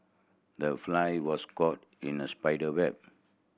the fly was caught in the spider web